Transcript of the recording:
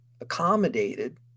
accommodated